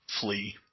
flee